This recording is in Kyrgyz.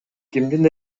кимдин